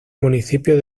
municipio